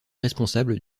responsable